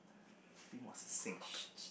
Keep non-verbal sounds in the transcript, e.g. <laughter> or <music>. <breath> be more succinct